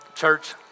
church